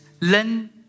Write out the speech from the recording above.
Learn